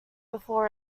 before